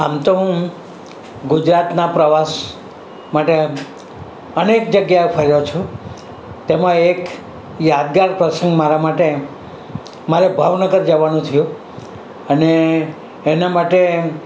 આમ તો હું ગુજરાતના પ્રવાસ માટે અનેક જગ્યાએ ફર્યો છું તેમાં એક યાદગાર પ્રસંગ મારા માટે મારે ભાવનગર જાવાનું થયું અને એના માટે